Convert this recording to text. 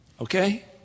okay